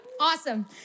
Awesome